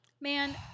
Man